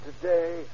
today